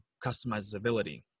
customizability